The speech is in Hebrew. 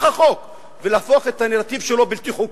החוק ולהפוך את הנרטיב שלו בלתי חוקי.